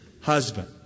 husband